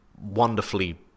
wonderfully